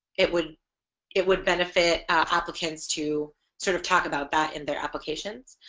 it would it would benefit applicants to sort of talk about that in their applications.